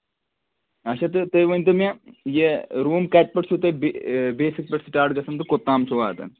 اچھا تہٕ تُہۍ ؤنتو مےٚ یہِ روٗم کَتہِ پٮ۪ٹھ چھو تۄہہِ بیسز پٮ۪ٹھ سِٹارٹ گژھان تہٕ کوٚت تام چھِ واتان